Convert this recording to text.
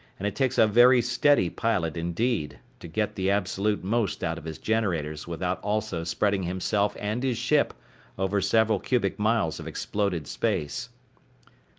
and it takes a very steady pilot indeed to get the absolute most out of his generators without also spreading himself and his ship over several cubic miles of exploded space.